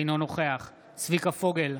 אינו נוכח צביקה פוגל,